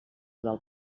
del